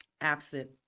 absent